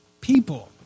people